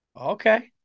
Okay